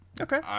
Okay